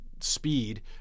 speed